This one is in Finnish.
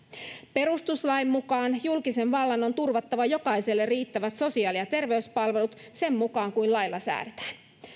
perustuslain mukaan julkisen vallan on turvattava jokaiselle riittävät sosiaali ja terveyspalvelut sen mukaan kuin lailla säädetään